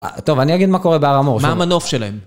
טוב, אני אגיד מה קורה בהר המור שלהם. מה המנוף שלהם?